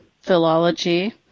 philology